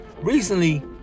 recently